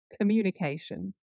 communication